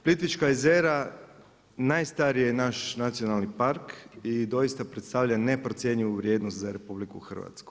Plitvička jezera najstariji je naš Nacionalni park i doista predstavlja neprocjenjivu vrijednost za RH.